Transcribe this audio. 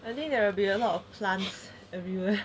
I think there will be a lot of plants everywhere